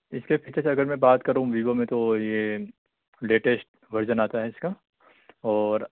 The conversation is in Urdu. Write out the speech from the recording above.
اس کے فیچرس کی اگر میں بات کروں ویوو میں تو یہ لیٹیسٹ ورژن آتا ہے اس کا اور